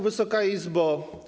Wysoka Izbo!